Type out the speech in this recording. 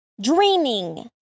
Dreaming